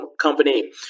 company